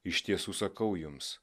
iš tiesų sakau jums